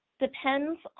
depends